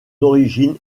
origine